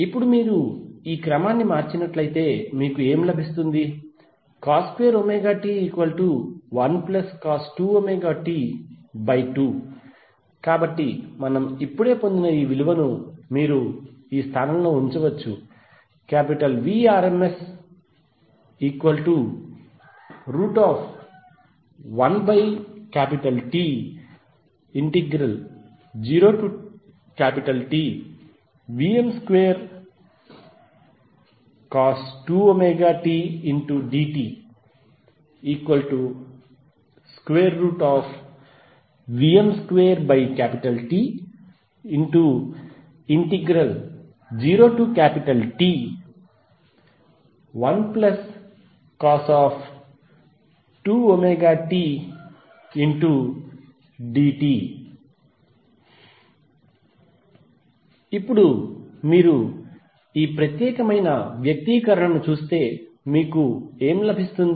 ఇప్పుడు మీరు క్రమాన్ని మార్చినట్లయితే మీకు ఏమి లభిస్తుంది cos2t1cos2t2 కాబట్టి మనము ఇప్పుడే పొందిన ఈ విలువను మీరు స్థానంలో ఉంచవచ్చు Vrms1T0TVm2cos2tdtVm2T0T1cos2tdt ఇప్పుడు మీరు ఈ ప్రత్యేక వ్యక్తీకరణను చూస్తే మీకు ఏమి లభిస్తుంది